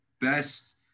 best